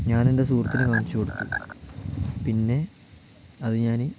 ഞാൻ എൻ്റെ സുഹൃത്തിന് കാണിച്ച് കൊടുത്തു പിന്നെ അത് ഞാൻ